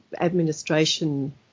administration